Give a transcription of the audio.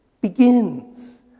begins